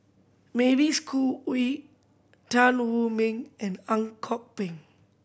Mavis Khoo Oei Tan Wu Meng and Ang Kok Peng